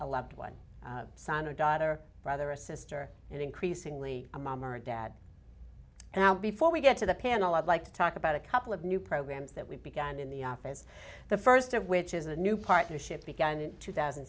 a loved one son or daughter brother a sister and increasingly a mom or dad now before we get to the panel i'd like to talk about a couple of new programs that we've begun in the office the first of which is a new partnership begun in two thousand